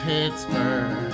Pittsburgh